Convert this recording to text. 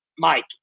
Mike